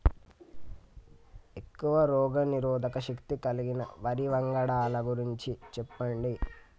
ఎక్కువ రోగనిరోధక శక్తి కలిగిన వరి వంగడాల గురించి చెప్పండి?